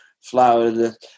flowers